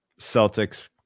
Celtics